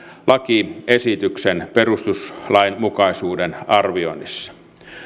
lakiesityksen perustuslainmukaisuuden arvioinnissa